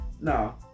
No